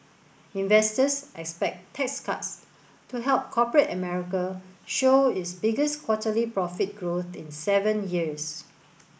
investors expect tax cuts to help corporate America show its biggest quarterly profit growth in seven years